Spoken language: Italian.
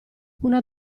una